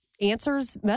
answers